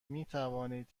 میتوانید